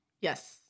Yes